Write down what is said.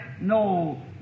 no